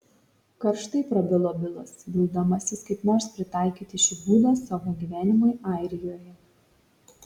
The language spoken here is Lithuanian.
karštai prabilo bilas vildamasis kaip nors pritaikyti šį būdą savo gyvenimui airijoje